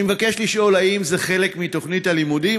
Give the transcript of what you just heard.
אני מבקש לשאול, האם זה חלק מתוכנית הלימודים?